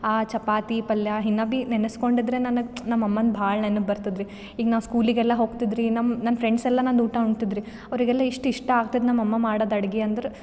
ಆ ಚಪಾತಿ ಪಲ್ಯ ಇನ್ನೂ ಭೀ ನೆನೆಸ್ಕೊಂಡಿದ್ರೆ ನನಗೆ ನಮ್ಮಮ್ಮನ ಭಾಳ ನೆನಪು ಬರ್ತದೆ ರೀ ಈಗ ನಾವು ಸ್ಕೂಲಿಗೆಲ್ಲ ಹೋಗ್ತಿದ್ದೆ ರೀ ನಮ್ಮ ನನ್ನ ಫ್ರೆಂಡ್ಸ್ ಎಲ್ಲ ನಂದು ಊಟ ಉಣುತಿದ್ರಿ ಅವರಿಗೆಲ್ಲ ಎಷ್ಟು ಇಷ್ಟ ಆಗ್ತದೆ ನಮ್ಮ ಅಮ್ಮ ಮಾಡೋದು ಅಡುಗೆ ಅಂದ್ರೆ